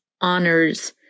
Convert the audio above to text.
honors